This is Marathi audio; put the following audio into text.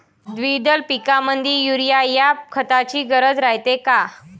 द्विदल पिकामंदी युरीया या खताची गरज रायते का?